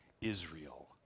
Israel